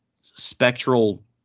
spectral